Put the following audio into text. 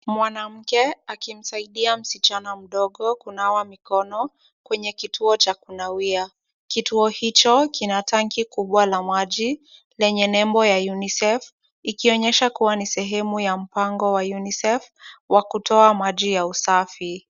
Mwanamke akimsaidia msichana mdogo kunawa mikono kwenye kituo cha kunawia. Kituo hicho kina tanki kubwa la maji lenye nembo ya UNICEF, ikionyesha kuwa ni sehemu ya mpango wa UNICEF wa kutoa maji ya usafi.